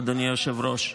אדוני היושב-ראש.